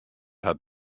hat